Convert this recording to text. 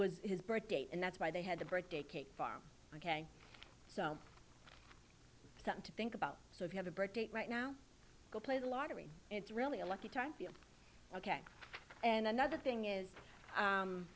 was his birth date and that's why they had a birthday cake far ok so not to think about so if you have a birth date right now go play the lottery it's really a lucky time ok and another thing is